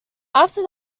after